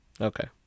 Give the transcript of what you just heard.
Okay